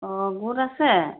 অঁ গোট আছে